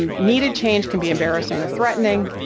um needed change can be embarrassing or threatening,